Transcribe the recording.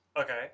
Okay